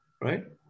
right